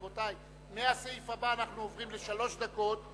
רבותי, מהסעיף הבא אנחנו עוברים לשלוש דקות.